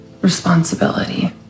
responsibility